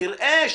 תראה,